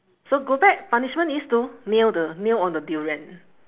so go back punishment is to kneel the kneel on the durian